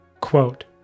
Quote